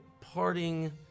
parting